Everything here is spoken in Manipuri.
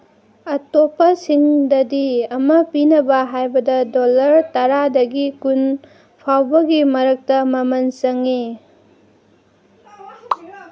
ꯑꯇꯣꯞꯄꯁꯤꯡꯗꯗꯤ ꯑꯃ ꯄꯤꯅꯕ ꯍꯥꯏꯕꯗ ꯗꯣꯂꯔ ꯇꯔꯥꯗꯒꯤ ꯀꯨꯟ ꯐꯥꯎꯕꯒꯤ ꯃꯔꯛꯇ ꯃꯃꯜ ꯆꯪꯉꯤ